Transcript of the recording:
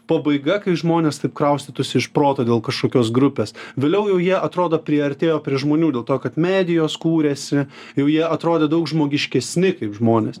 pabaiga kai žmonės taip kraustytųsi iš proto dėl kažkokios grupės vėliau jau jie atrodo priartėjo prie žmonių dėl to kad medijos kūrėsi jau jie atrodė daug žmogiškesni kaip žmonės